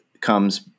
comes